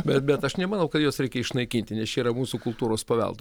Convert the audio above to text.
bet bet aš nemanau kad juos reikia išnaikinti nes čia yra mūsų kultūros paveldo